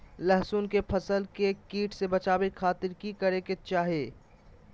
लहसुन के फसल के कीट से बचावे खातिर की करे के चाही?